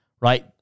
right